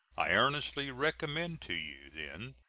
i earnestly recommend to you, then,